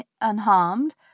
unharmed